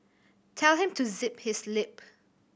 tell him to zip his lip